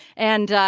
and,